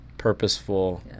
Purposeful